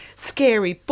Scary